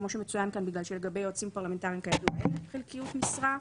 כמו שמצוין כאן בגלל שלגבי יועצים פרלמנטריים כידוע אין חלקיות משרה,